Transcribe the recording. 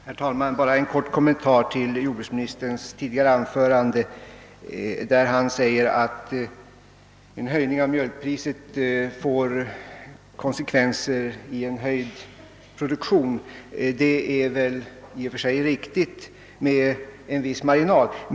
Herr talman! Bara en kort kommen: tar till jordbruksministerns tidigare anförande, där han sade att en höjning av mjölkpriset får konsekvenser i en höjd produktion. Det är i och sig riktigt inom vissa gränser.